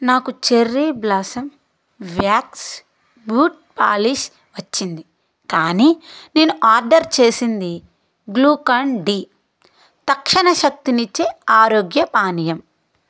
నాకు cherry blossom wax boot polish వచ్చింది కానీ నేను ఆర్డర్ చేసింది గ్లూకాన్డి తక్షణ శక్తినిచ్చే ఆరోగ్య పానీయం